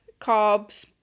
carbs